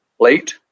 late